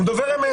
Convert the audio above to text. הוא דובר אמת.